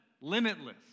Limitless